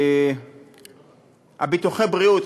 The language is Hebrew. ביטוחי הבריאות,